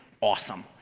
awesome